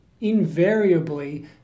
invariably